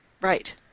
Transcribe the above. Right